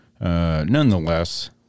nonetheless